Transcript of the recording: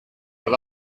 but